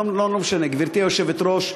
גברתי היושבת-ראש,